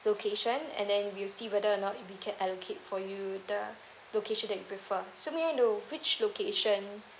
location and then we'll see whether or not we can allocate for you the location that you prefer so may I know which location